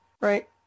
Right